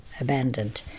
abandoned